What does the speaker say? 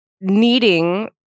needing